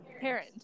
parent